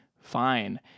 fine